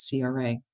CRA